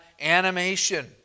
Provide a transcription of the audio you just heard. animation